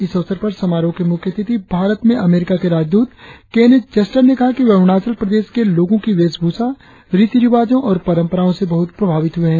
इस अवसर पर समारोह के मुख्य अतिथि भारत में अमरीका के राजद्रत केनेथ जस्टर ने कहा वे अरुणाचल प्रदेश के लोगों की वेशभूषा रीति रिवाजों और परंपराओं से बहुत प्रभावित हुए है